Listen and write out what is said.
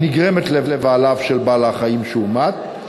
הנגרמת לבעליו של בעל-החיים שהומת,